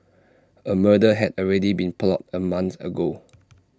A murder had already been plotted A month ago